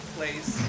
place